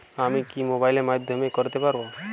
আমি কি মোবাইলের মাধ্যমে করতে পারব?